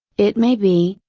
it may be,